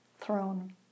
throne